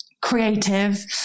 creative